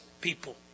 people